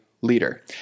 leader